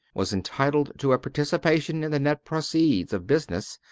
was entitled to a participation in the net proceeds of business,